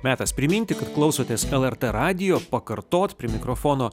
metas priminti kad klausotės lrt radijo pakartot prie mikrofono